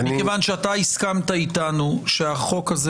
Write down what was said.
מכיוון שאתה הסכמת איתנו שהחוק הזה